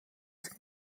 sind